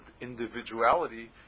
individuality